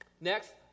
Next